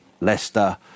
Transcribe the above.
Leicester